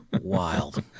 Wild